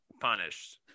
punished